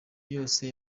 yose